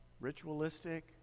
ritualistic